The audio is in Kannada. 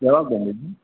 ಯಾವಾಗ ಬಂದಿದ್ದು